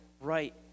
right